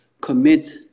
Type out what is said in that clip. commit